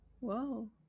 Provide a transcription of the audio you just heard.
whoa